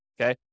okay